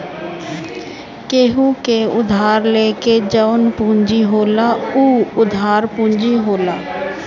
केहू से उधार लेके जवन पूंजी होला उ उधार पूंजी होला